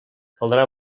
caldrà